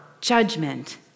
judgment